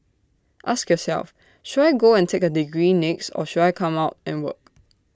ask yourself should I go and take A degree next or should I come out and work